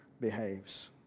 behaves